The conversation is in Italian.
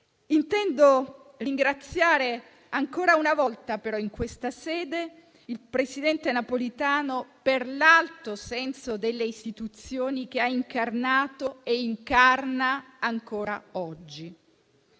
Intendo ringraziare ancora una volta in questa sede il presidente Napolitano per l'alto senso delle istituzioni che ha incarnato e incarna ancora oggi.